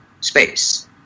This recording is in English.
space